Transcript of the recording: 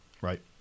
Right